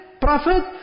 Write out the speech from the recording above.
prophet